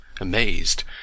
amazed